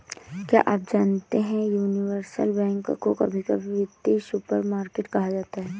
क्या आप जानते है यूनिवर्सल बैंक को कभी कभी वित्तीय सुपरमार्केट कहा जाता है?